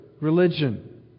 religion